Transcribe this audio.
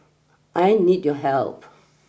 I need your help